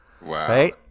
right